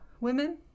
women